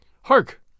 Hark